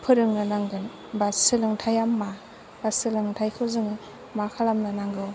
फोरोंनो नांगोन बा सोलोंथाइया मा सोलोंथाइखौ जों मा खालामनो नांगौ